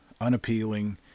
unappealing